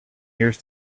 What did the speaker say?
years